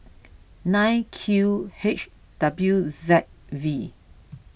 nine Q H W Z V